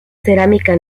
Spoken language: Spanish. cerámica